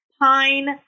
pine